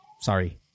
Sorry